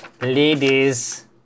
ladies